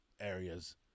areas